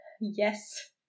Yes